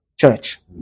church